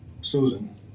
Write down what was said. Susan